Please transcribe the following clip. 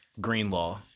Greenlaw